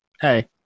hey